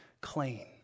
clean